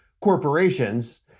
corporations